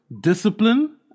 discipline